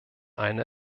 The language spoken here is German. eine